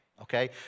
okay